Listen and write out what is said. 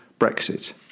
Brexit